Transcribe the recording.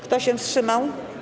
Kto się wstrzymał?